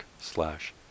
slash